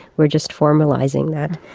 we are just formalising that.